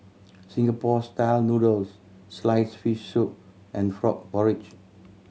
Singapore Style Noodles sliced fish soup and frog porridge